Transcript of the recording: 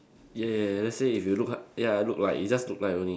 ya ya ya let's say if you look uh ya look like you just look like only